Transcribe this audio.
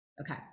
Okay